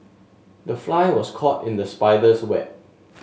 the fly was caught in the spider's web